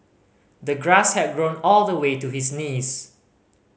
the grass had grown all the way to his knees